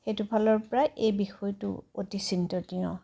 সেইটো ফালৰ পৰা এই বিষয়টো অতি চিন্তনীয়